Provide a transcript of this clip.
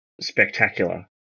spectacular